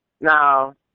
Now